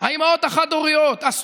את ראש הממשלה נכנס ובידו הביוגרפיה של